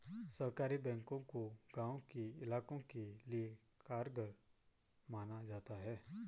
सहकारी बैंकों को गांव के इलाकों के लिये कारगर माना जाता है